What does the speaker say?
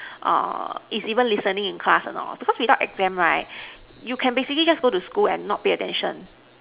is even listening in class or not because without exam right you can basically just go to school and not pay attention